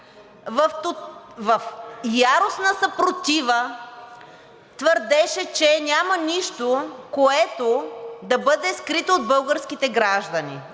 в яростна съпротива твърдеше, че няма нищо, което да бъде скрито от българските граждани.